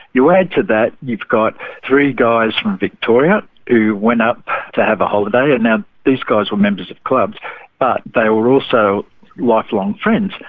you add to that you've got three guys from victoria who went up to have a holiday. now, these guys were members of clubs, but they were also lifelong friends.